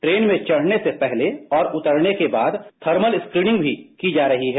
train में चढ़ने से पहले और उतरने के बाद थर्मल स्क्रीनिंग भी की जा रही है